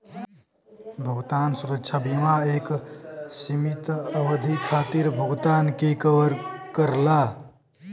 भुगतान सुरक्षा बीमा एक सीमित अवधि खातिर भुगतान के कवर करला